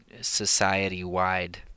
society-wide